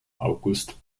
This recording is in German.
august